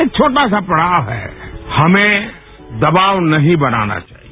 एक छोटा सा पड़ाव है हमें दवाव नहीं बनाना चाहिए